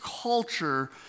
culture